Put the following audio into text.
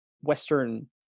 Western